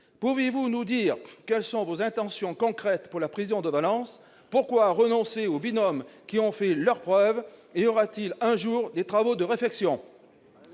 toute sécurité ? Quelles sont vos intentions concrètes pour la prison de Valence ? Pourquoi renoncer aux binômes qui ont fait leur preuve ? Y aura-t-il un jour des travaux de réfection ?